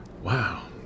Wow